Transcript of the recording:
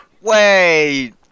wait